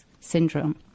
Syndrome